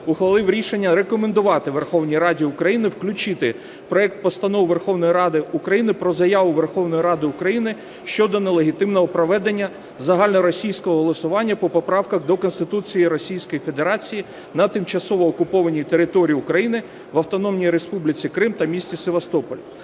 ухвалив рішення рекомендувати Верховній Раді України включити проект Постанови Верховної Ради України про Заяву Верховної Ради України щодо нелегітимного проведення загальноросійського голосування по поправках до Конституції Російської Федерації на тимчасово окупованій території України - в Автономної Республіки Крим та місті Севастополі.